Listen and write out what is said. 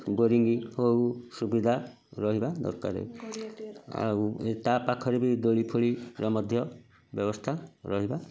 boring ହେଉ ସୁବିଧା ରହିବା ଦରକାର ଆଉ ତା ପାଖରେ ବି ଦୋଳି ଫୋଳିର ମଧ୍ୟ ବ୍ୟବସ୍ଥା ରହିବା ଦରକାର